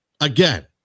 Again